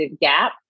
gap